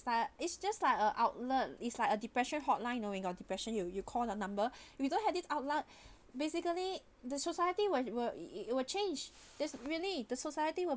but it's just like a outlet is like a depression hotline knowing your depression you you call the number you don't have this outlet basically the society will will it will change that's really the society will